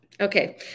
Okay